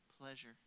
pleasure